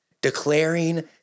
declaring